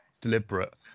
deliberate